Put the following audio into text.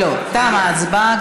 לא, תמה ההצבעה.